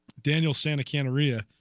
daniel santa caterina